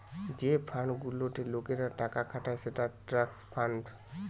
যে ফান্ড গুলাতে লোকরা টাকা খাটায় সেটা ট্রাস্ট ফান্ড